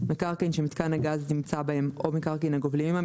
מקרקעין שמיתקן הגז נמצא בהם או מקרקעין הגובלים עמם,